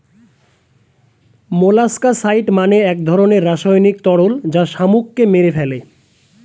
molluscicide মানে এক ধরনের রাসায়নিক তরল যা শামুককে মেরে ফেলে